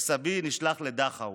וסבי נשלח לדכאו.